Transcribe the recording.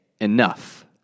enough